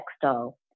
textile